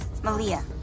Malia